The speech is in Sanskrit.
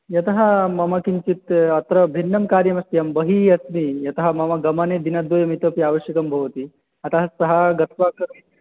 यतः मम किञ्चित् अत्र भिन्नं कार्यमस्ति अहं बहिः अस्मि यतः मम गमने दिनद्वयम् इतोऽपि आवश्यकं भवति अतः सः गत्वा करोति